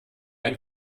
ein